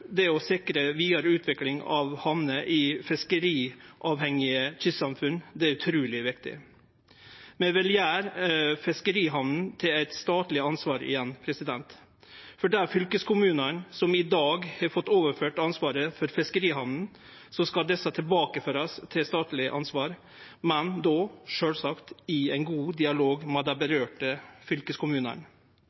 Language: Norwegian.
det å sikre vidare utvikling av hamner i fiskeriavhengige kystsamfunn, er utruleg viktig. Vi vil gjere fiskerihamnene til eit statleg ansvar igjen. Når det gjeld dei fylkeskommunane som i dag har fått overført ansvaret for fiskerihamnene, skal ansvaret tilbakeførast til staten, men då sjølvsagt i ein god dialog med dei fylkeskommunane